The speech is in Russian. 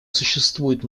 существуют